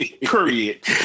Period